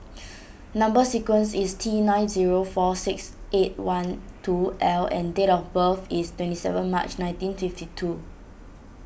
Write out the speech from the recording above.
Number Sequence is T nine zero four six eight one two L and date of birth is twenty seven March nineteen fifty two